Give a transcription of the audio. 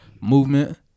Movement